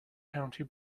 county